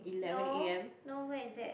no no where is that